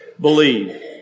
believe